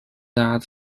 that